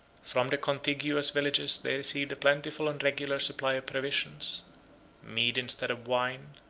from the contiguous villages they received a plentiful and regular supply of provisions mead instead of wine,